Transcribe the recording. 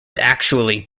actually